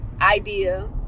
idea